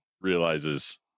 realizes